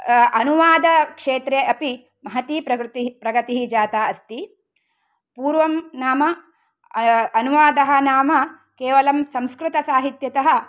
अनुवादक्षेत्रे अपि महती प्रकृति प्रगतिः जाता अस्ति पूर्वं नाम अनुवादः नाम केवलं संस्कृतसाहित्यतः